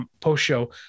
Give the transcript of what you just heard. post-show